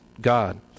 God